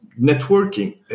networking